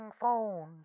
phone